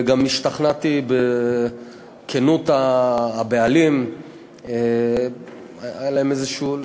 וגם השתכנעתי בכנות הבעלים, היה להם איזשהו,